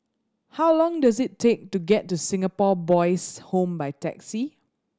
how long does it take to get to Singapore Boys' Home by taxi